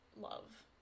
love